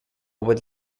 would